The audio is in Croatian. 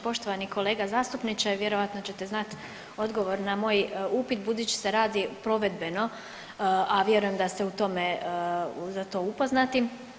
Poštovani kolega zastupniče vjerojatno ćete znati odgovor na moj upit budući se radi provedbeno, a vjerujem da ste za to upoznati.